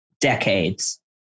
decades